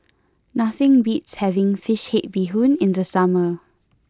nothing beats having Fish Head Bee Hoon in the summer